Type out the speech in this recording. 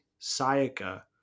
Sayaka